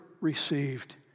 received